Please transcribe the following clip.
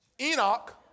Enoch